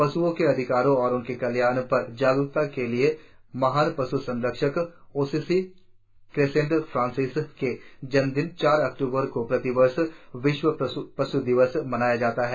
पश्ओं के अधिकारों और उनके कल्याण पर जागरुकता के लिए महान पश् संरक्षक असीसी क्रेसेंट फ्रांसिस के जन्मदिन चार अक्ट्रबर को प्रतिवर्ष विश्व पश् दिवस मनाया जाता है